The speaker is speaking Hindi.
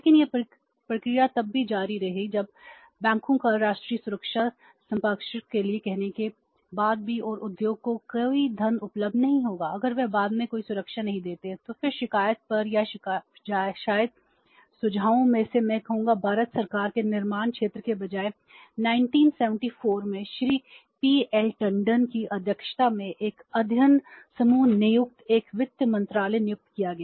लेकिन यह प्रक्रिया तब भी जारी रही जब बैंकों की राष्ट्रीय सुरक्षा संपार्श्विक के लिए कहने के बाद भी और उद्योग को कोई धन उपलब्ध नहीं होगा अगर वे बाद में कोई सुरक्षा नहीं देते हैं तो फिर शिकायत पर या शायद सुझावों में से मैं कहूंगा भारत सरकार के निर्माण क्षेत्र के बजाय 1974 में श्री पीएल टंडन की अध्यक्षता में 1 अध्ययन समूह नियुक्त 1 वित्त मंत्रालय नियुक्त किया गया